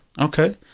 Okay